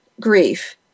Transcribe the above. grief